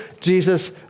Jesus